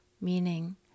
meaning